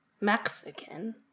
Mexican